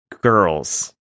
girls